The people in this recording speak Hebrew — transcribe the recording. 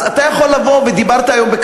אז אתה יכול היום לבוא ולומר בכנס,